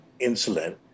insulin